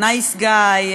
"נייס גאי",